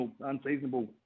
unseasonable